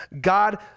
God